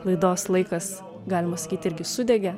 laidos laikas galima sakyti irgi sudegė